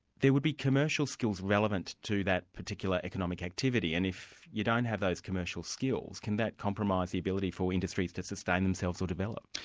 there would be commercial skills relevant to that particular economic activity, and if you don't have those commercial skills, can that compromise the ability for industries to sustain themselves, or develop?